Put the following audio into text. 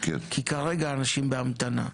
כי כרגע אנשים בהמתנה.